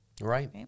Right